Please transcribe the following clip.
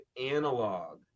analog